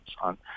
on